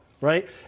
right